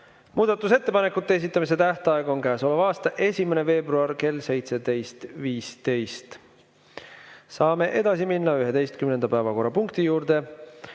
Muudatusettepanekute esitamise tähtaeg on käesoleva aasta 1. veebruar kell 17.15. Saame edasi minna 11. päevakorrapunkti juurde: